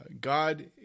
God